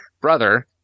brother